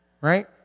right